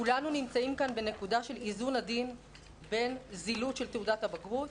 כולנו נמצאים כאן בנקודה של איזון עדין בין זילות של תעודת הבגרות